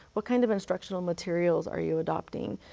what kind of instructional materials are you adopting?